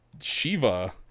shiva